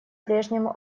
прежнему